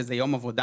שזה יום עבודה.